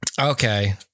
Okay